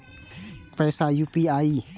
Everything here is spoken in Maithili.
पैसा यू.पी.आई?